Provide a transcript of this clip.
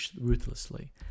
ruthlessly